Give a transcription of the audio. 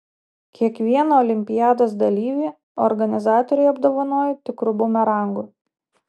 kiekvieną olimpiados dalyvį organizatoriai apdovanojo tikru bumerangu